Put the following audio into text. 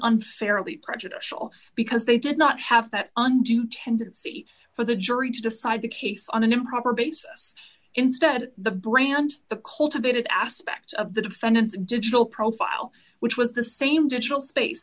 unfairly prejudicial because they did not have that undue tendency for the jury to decide the case on an improper basis instead the brand the cultivated aspect of the defendant's digital profile which was the same digital space